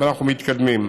אנחנו מתקדמים.